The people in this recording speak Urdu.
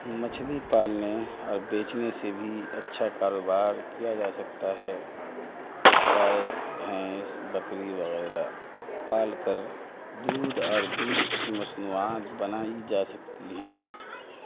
مچھلی پالنے اور بیچنے سے بھی اچھا کاروبار کیا جا سکتا ہے گائے بھینس بکری وغیرہ پال کر دودھ اور دودھ کی مصنوعات بنائی جا سکتی ہیں